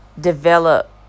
develop